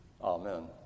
Amen